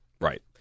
Right